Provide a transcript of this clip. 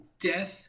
death